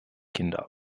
kinder